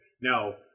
Now